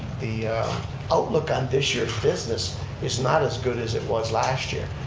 the outlook on this year's business is not as good as it was last year.